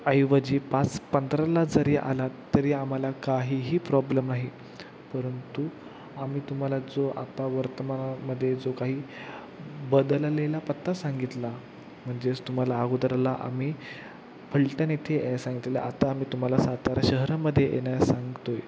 ऐवजी पाच पंधराला जरी आला तरी आम्हाला काहीही प्रॉब्लेम नाही परंतु आम्ही तुम्हाला जो आता वर्तमानामध्ये जो काही बदललेला पत्ता सांगितला म्हणजेच तुम्हाला अगोदरला आम्ही फलटण इथे याय सांगितले आता आम्ही तुम्हाला सातारा शहरामध्ये येण्या सांगतोय